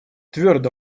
твердо